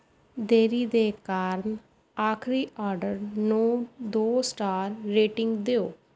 ਦੇਰੀ ਦੇ ਕਾਰਨ ਆਖਰੀ ਆਡਰ ਨੂੰ ਦੋ ਸਟਾਰ ਰੇਟਿੰਗ ਦਿਓ